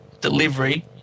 delivery